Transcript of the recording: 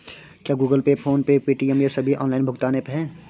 क्या Google pay PhonePe Paytm ये सभी ऑनलाइन भुगतान ऐप हैं?